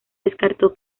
descartó